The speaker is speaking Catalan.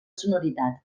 sonoritat